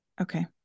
Okay